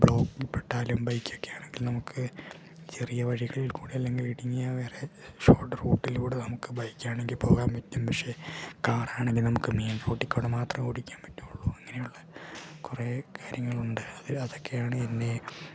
ബ്ലോക്കിൽപ്പെട്ടാലും ബൈക്കൊക്കെ ആണെങ്കിൽ നമുക്ക് ചെറിയ വഴികളില്ക്കൂടി അല്ലെങ്കിൽ ഇടുങ്ങിയ വേറെ ഷോട്ട് റൂട്ടിലൂടെ നമുക്ക് ബൈക്കാണെങ്കിൽ പോകാമ്പറ്റും പക്ഷേ കാറാണെങ്കിൽ നമുക്ക് മെയിൻ റോഡിൽക്കൂടി മാത്രമേ ഓടിക്കാൻ പറ്റുകയുള്ളു ഇങ്ങനെയുള്ള കുറേ കാര്യങ്ങളുണ്ട് അതില് അതൊക്കെയാണ് എന്നെ